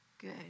good